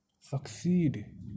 succeed